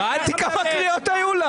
שאלתי כמה קריאות היו לה.